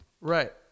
Right